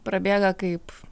prabėga kaip